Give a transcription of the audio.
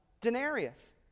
denarius